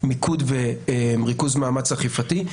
מיקוד וריכוז מאמץ אכיפתי.